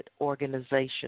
organization